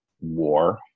war